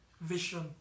Vision